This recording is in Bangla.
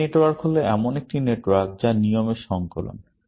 রেটে নেটওয়ার্ক হল একটি নেটওয়ার্ক যা নিয়মের সংকলন